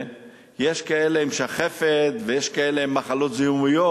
יש כאלה עם שחפת ויש כאלה עם מחלות זיהומיות,